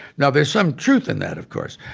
now, there's some truth in that, of course,